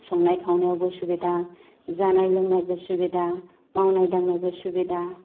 संनाय खावनायावबो सुबिदा जानाय लोंनायबो सुबिदा मावनाय दांनायबो सुबिदा